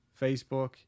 Facebook